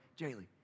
Jaylee